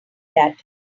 that